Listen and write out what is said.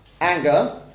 anger